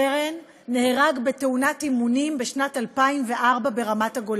סרן, נהרג בתאונת אימונים בשנת 2004 ברמת-הגולן.